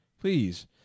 Please